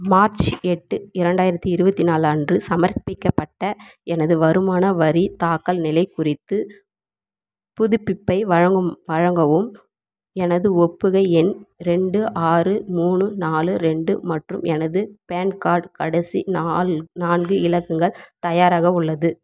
March எட்டு இரண்டாயிரத்தி இருபத்தி நாலு அன்று சமர்ப்பிக்கப்பட்ட எனது வருமான வரி தாக்கல் நிலை குறித்து புதுப்பிப்பை வழங்கும் வழங்கவும் எனது ஒப்புகை எண் ரெண்டு ஆறு மூணு நாலு ரெண்டு மற்றும் எனது பேன் கார்ட் கடைசி நாலு நான்கு இலக்கங்கள் தயாராக உள்ளது